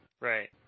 Right